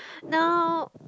now